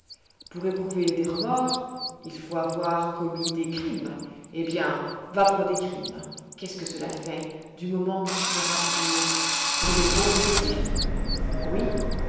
pour éprouver des remords il faut avoir commis des crimes eh bien va pour des crimes qu'est-ce que cela fait du moment que se sera pour pour le bon motif oui